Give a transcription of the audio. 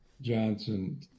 johnson